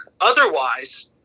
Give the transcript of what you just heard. Otherwise